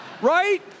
Right